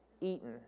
eaten